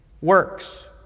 works